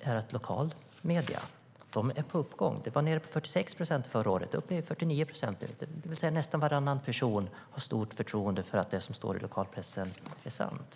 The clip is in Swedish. är att lokalmedierna är på uppgång, från 46 procent förra året till 49 procent i år. Det betyder att nästan varannan person litar på att det som står i lokalpressen är sant.